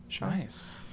nice